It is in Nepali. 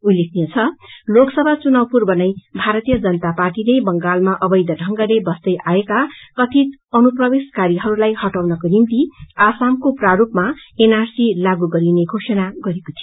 उल्लेखनीय छ लोकसभा चुनाव पूर्व पै भारतीयजनता पाटीले बंगालमाअवैध ढत्रंगले बसदै आएका कथित अनुप्रवेशकारीहरूलाई हटाउनको निम्ति आसमको प्रारूपममा उनआरसी लागू गरिने घोषणा गरेको थियो